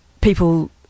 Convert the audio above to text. people